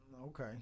Okay